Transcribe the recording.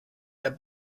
der